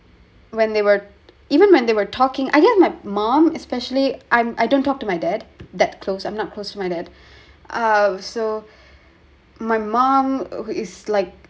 when they were even when they were talking I guess my mom especially I don't talk to my dad that close I'm not close to my dad uh so my mom who is like